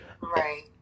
Right